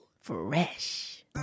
Fresh